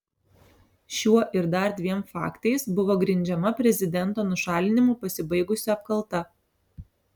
šiuo ir dar dviem faktais buvo grindžiama prezidento nušalinimu pasibaigusi apkalta